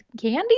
candy